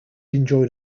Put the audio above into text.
enjoyed